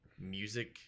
music